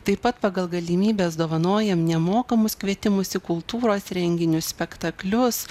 taip pat pagal galimybes dovanojam nemokamus kvietimus į kultūros renginius spektaklius